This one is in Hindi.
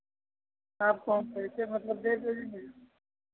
आपको हम पैसे मतलब दे देंगे